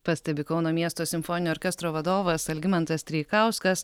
pastebi kauno miesto simfoninio orkestro vadovas algimantas treikauskas